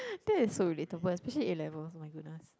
that is so relatable especially A-levels oh my goodness